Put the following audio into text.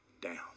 down